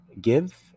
give